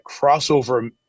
crossover